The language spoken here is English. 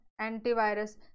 antivirus